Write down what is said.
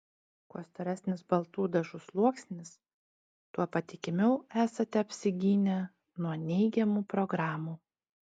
kuo storesnis baltų dažų sluoksnis tuo patikimiau esate apsigynę nuo neigiamų programų